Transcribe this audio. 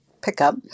pickup